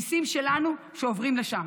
מיסים שלנו, שעוברים לשם.